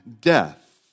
death